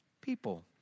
people